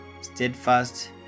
steadfast